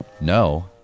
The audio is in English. No